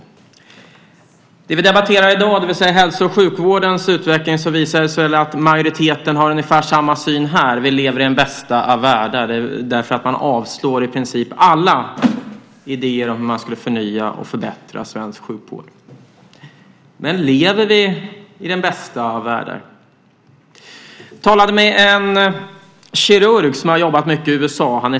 När det gäller det vi debatterar i dag, det vill säga hälso och sjukvårdens utveckling, visar det sig att majoriteten har ungefär samma uppfattning: Vi lever i den bästa av världar, och man avvisar i princip alla idéer om hur man skulle kunna förbättra och förnya svensk sjukvård. Lever vi i den bästa av världar? Jag talade med en svensk kirurg som hade jobbat mycket i USA.